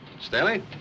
Stanley